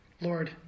Lord